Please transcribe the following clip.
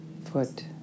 foot